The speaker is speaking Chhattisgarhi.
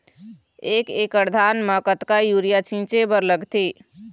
एक एकड़ धान म कतका यूरिया छींचे बर लगथे?